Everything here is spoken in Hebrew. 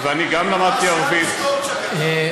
לא בבית-הספר.